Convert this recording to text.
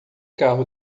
carro